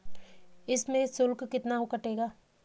इसमें शुल्क कितना कटेगा?